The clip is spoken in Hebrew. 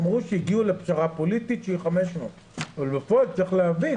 אמרו שהגיעו לפשרה פוליטית שהיא 500. אבל בפועל צריך להבין